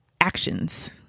actions